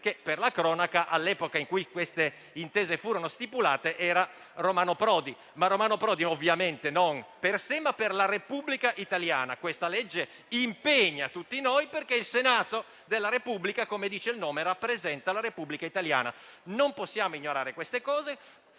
che, per la cronaca, all'epoca in cui tali intese furono stipulate, era Romano Prodi che ovviamente firmava non per sé ma per la Repubblica italiana. Questa legge impegna tutti noi, perché il Senato della Repubblica - come dice lo stesso nome - rappresenta la Repubblica italiana. Non possiamo ignorare queste cose.